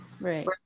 right